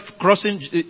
crossing